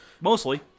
Mostly